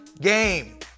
game